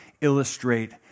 illustrate